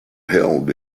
held